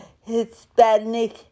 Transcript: Hispanic